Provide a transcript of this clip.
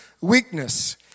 weakness